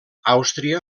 àustria